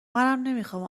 نمیخام